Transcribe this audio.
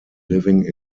living